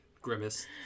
Grimace